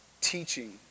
teaching